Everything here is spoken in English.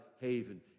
haven